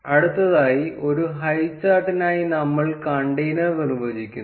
അടുത്തതായി ഒരു ഹൈചാർട്ടിനായി നമ്മൾ കണ്ടെയ്നർ നിർവ്വചിക്കുന്നു